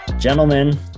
Gentlemen